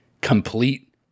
complete